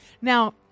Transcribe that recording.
Now